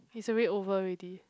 it's already over already